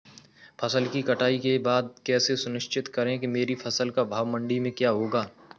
फसल की कटाई के बाद कैसे सुनिश्चित करें कि मेरी फसल का भाव मंडी में क्या होगा?